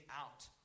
out